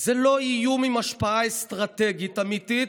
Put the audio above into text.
"זה לא איום עם השפעה אסטרטגית אמיתית,